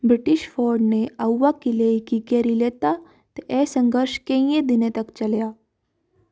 British फौड ने आउवा किले गी घेरी लैता ते एह् संघर्श केइयें दिनें तक चलेआ